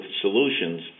solutions